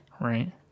Right